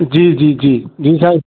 जी जी जी जी साईं